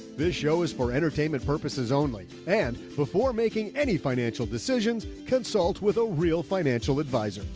this show is for entertainment purposes only. and before making any financial decisions, consult with a real financial advisor